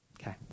Okay